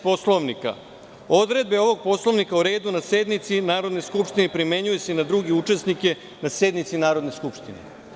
Poslovnika odredbe ovog Poslovnika o redu na sednici Narodne skupštine primenjuje se i na druge učesnike na sednici Narodne skupštine.